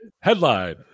Headline